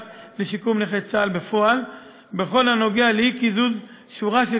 לשיקום נכי צה"ל בפועל בכל הנוגע לאי-קיזוז שורה של